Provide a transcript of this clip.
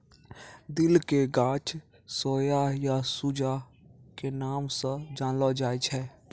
दिल के गाछ सोया या सूजा के नाम स जानलो जाय छै